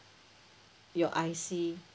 your I_C